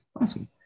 Awesome